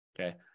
Okay